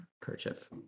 kerchief